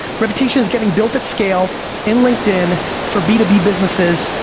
reputation is getting built at scale in linkedin for b to b businesses,